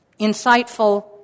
insightful